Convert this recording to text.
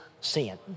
sin